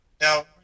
Now